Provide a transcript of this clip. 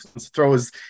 throws